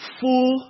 full